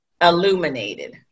illuminated